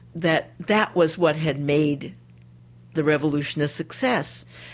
that that was what had made the revolution a success.